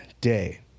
day